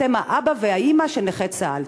אתם האבא והאימא של נכי צה"ל.